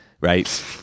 Right